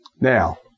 Now